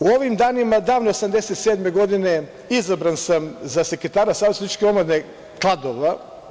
U ovim danima, davne 1987. godine izabran sam za sekretara SSO Kladova.